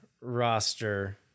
roster